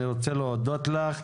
אני רוצה להודות לך.